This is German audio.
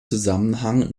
zusammenhang